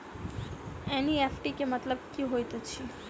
NEFT केँ मतलब की होइत अछि?